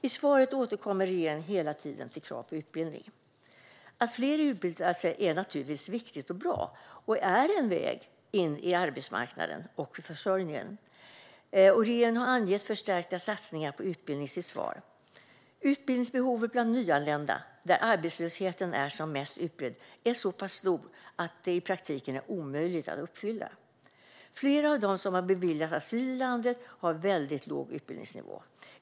I svaret återkommer regeringen hela tiden till krav på utbildning. Att fler utbildar sig är naturligtvis viktigt och bra. Det är en väg in på arbetsmarknaden och en väg till försörjning. Regeringen har angett förstärkta satsningar på utbildning i sitt svar. Men utbildningsbehovet bland nyanlända, där arbetslösheten är som mest utbredd, är så pass stort att det i praktiken är omöjligt att uppfylla. Flera av dem som har beviljats asyl i landet har väldigt låg utbildningsnivå.